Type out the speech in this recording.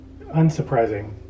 unsurprising